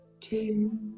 Two